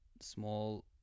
small